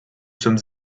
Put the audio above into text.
sommes